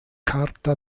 charta